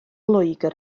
loegr